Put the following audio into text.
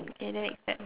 okay that makes sense